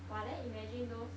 !wah! then imagine those